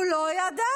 הוא לא ידע.